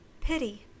pity